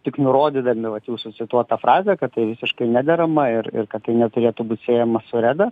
tik nurodydami vat jūsų cituotą frazę kad tai visiškai nederama ir ir kad tai neturėtų būt siejama su reda